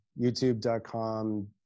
youtube.com